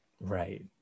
Right